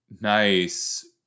nice